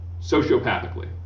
sociopathically